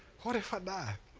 what if i die?